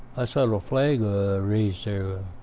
i saw a flag raise there.